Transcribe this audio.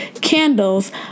candles